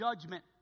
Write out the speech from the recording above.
judgment